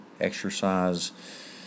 exercise